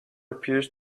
appears